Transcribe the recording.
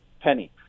penny